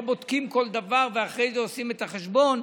לא בודקים כל דבר ואחרי זה עושים את החשבון,